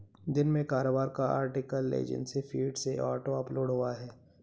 दिन में कारोबार का आर्टिकल एजेंसी फीड से ऑटो अपलोड हुआ है